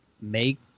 make